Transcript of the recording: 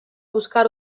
buscar